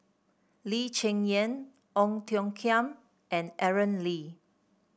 Lee Cheng Yan Ong Tiong Khiam and Aaron Lee